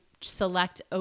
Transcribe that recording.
select